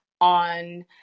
on